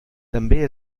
també